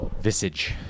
visage